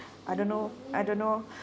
I don't know I don't know